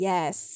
Yes